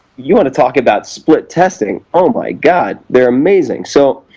you want to talk about split-testing? oh my god, they're amazing. so,